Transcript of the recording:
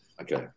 Okay